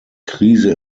krise